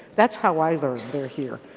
that's how i learn they're here.